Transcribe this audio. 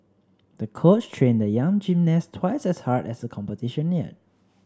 the coach trained the young gymnast twice as hard as the competition neared